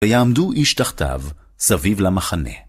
ויעמדו איש תחתיו סביב למחנה.